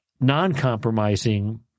non-compromising